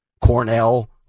Cornell